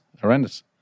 horrendous